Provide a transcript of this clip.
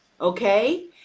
okay